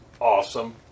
awesome